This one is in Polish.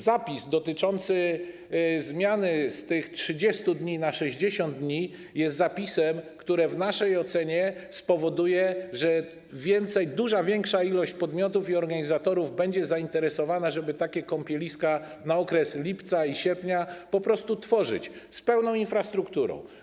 Zapis dotyczący zmiany z 30 dni na 60 dni jest zapisem, który w naszej ocenie spowoduje, że dużo większa liczba podmiotów i organizatorów będzie zainteresowana, żeby takie kąpieliska na okres lipca i sierpnia po prostu tworzyć, z pełną infrastrukturą.